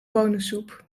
bonensoep